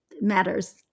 matters